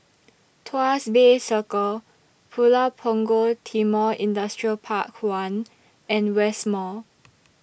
Tuas Bay Circle Pulau Punggol Timor Industrial Park one and West Mall